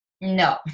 No